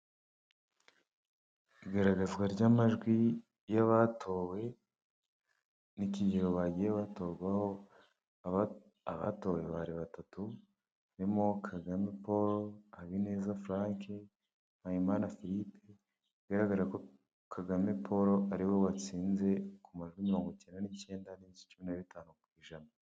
Igaragazwa ry'amajwi y'abatowe, n'ikigero bagiye batorwaho, abatowe bari batatu, harimo Kagame Paul, Habineza Frank, Mpayimana Philippe, bigararaga ko Kagame Paul ari we watsinze, ku majwi mirongo icyenda n'icyenda n'ibice cumi na butanu ku ijana.